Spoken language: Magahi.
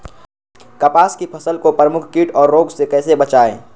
कपास की फसल को प्रमुख कीट और रोग से कैसे बचाएं?